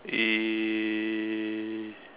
eh